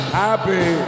happy